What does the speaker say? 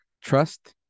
Trust